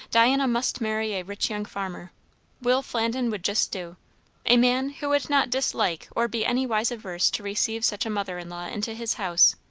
diana must marry a rich young farmer will flandin would just do a man who would not dislike or be anywise averse to receive such a mother-in-law into his house,